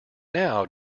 now